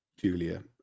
julia